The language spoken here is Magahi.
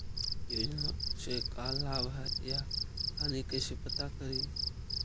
योजना से का लाभ है या हानि कैसे पता करी?